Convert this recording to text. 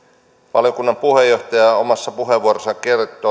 valiokunnan puheenjohtaja omassa puheenvuorossaan